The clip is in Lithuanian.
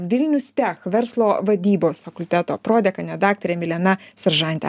vilnius tech verslo vadybos fakulteto prodekanė daktarė milena seržantę